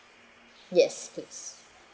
yes please